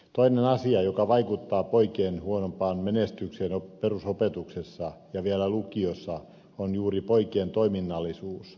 toinen asia joka vaikuttaa poikien huonompaan menestykseen perusopetuksessa ja vielä lukiossa on juuri poikien toiminnallisuus